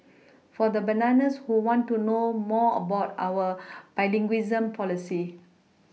for the bananas who want to know more about our bilingualism policy